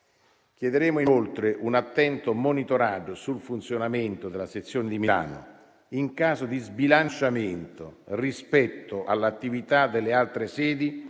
Chiederemo inoltre un attento monitoraggio sul funzionamento della sezione di Milano. In caso di sbilanciamento rispetto all'attività delle altre sedi,